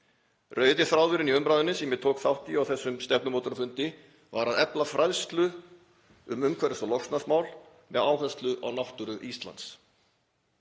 Rauði þráðurinn í umræðunni sem ég tók þátt í á þessum stefnumótunarfundi var að efla fræðslu um umhverfis- og loftslagsmál með áherslu á náttúru Íslands,